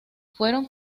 fueron